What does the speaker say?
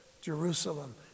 Jerusalem